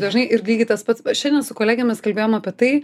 dažnai ir lygiai tas pats šiandien su kolege mes kalbėjom apie tai